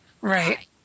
Right